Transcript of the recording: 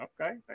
okay